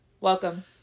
Welcome